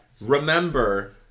Remember